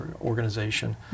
organization